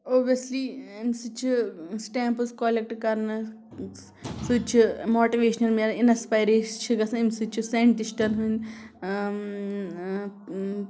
obviously ایٚمہِ سۭتۍ چھِ سِٹٮ۪مپٕز کولیکٹ کَرنہٕ سۭتۍ چھِ ماٹِویشن مِلان اِنَسپایر أسۍ چھِ گژھان اَمہِ سۭتۍ چھِ سیٚنٹِشٹَن ہٕنٛدۍ